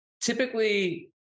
typically